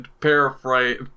paraphrase